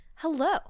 Hello